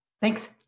Thanks